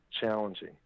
challenging